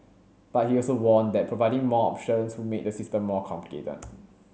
but he also warned that providing more options would make the system more complicated